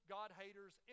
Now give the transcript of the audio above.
God-haters